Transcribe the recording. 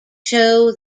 show